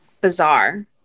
bizarre